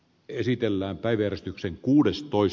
esitellään päivi eristyksen kuudes pois